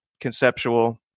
conceptual